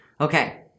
Okay